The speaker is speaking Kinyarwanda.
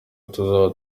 tuzaba